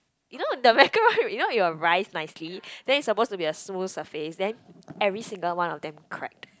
you know the macaroon you know it will rise nicely then it suppose to be a smooth surface then every single one of them cracked